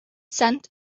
scent